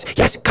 yes